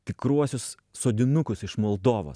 tikruosius sodinukus iš moldovos